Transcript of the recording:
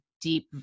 deep